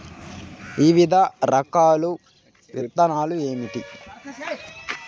వివిధ రకాల విత్తనాలు ఏమిటి?